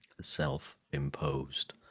Self-imposed